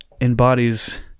embodies